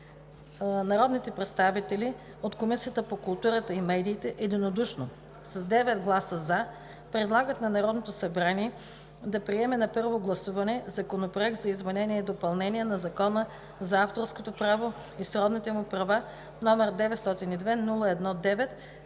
народните представители от Комисията по културата и медиите единодушно с 9 гласа „за”, предлагат на Народното събрание да приеме на първо гласуване Законопроект за изменение и допълнение на Закона за авторското право и сродните му права, № 902-01-9,